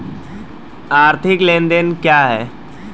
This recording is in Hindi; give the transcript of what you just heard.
आर्थिक लेनदेन क्या है?